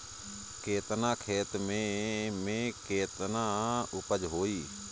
केतना खेत में में केतना उपज होई?